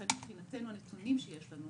ולכן מבחינתנו הנתונים שיש לנו,